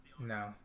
No